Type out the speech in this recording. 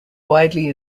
widely